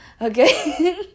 okay